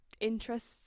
interests